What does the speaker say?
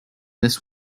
this